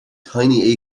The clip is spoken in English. tiny